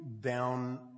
down